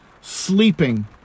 sleeping